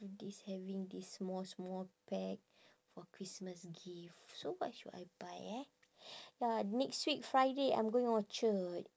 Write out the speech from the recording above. this having this small small bag for christmas gift so what should I buy eh ya next week friday I'm going orchard